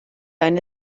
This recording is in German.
eine